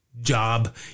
job